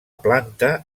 planta